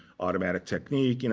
automatic technique, and